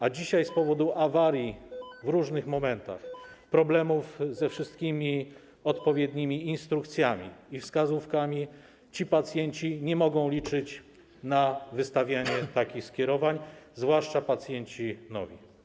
A dzisiaj z powodu awarii w różnych momentach, problemów ze wszystkimi odpowiednimi instrukcjami i wskazówkami ci pacjenci nie mogą liczyć na wystawianie takich skierowań, zwłaszcza pacjenci nowi.